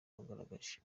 bagaragaje